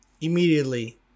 immediately